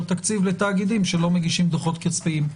תקציב לתאגידים שלא מגישים דוחות כספיים.